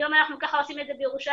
היום אנחנו עושים את זה בירושלים,